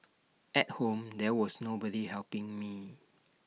at home there was nobody helping me